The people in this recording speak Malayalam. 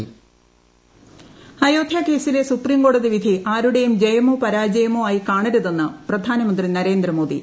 അയോധ്യ പ്രധാനമന്ത്രി അയോധ്യ കേസിലെ സുപ്രീം കോടതി വിധി ആരുടേയും ജയമോ പരാജയമോ ആയി കാണരുതെന്ന് പ്രധാനമന്ത്രി നരേന്ദ്രമോദി